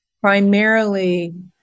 primarily